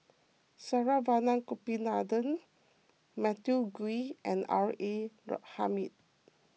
Saravanan Gopinathan Matthew Ngui and R A Hamid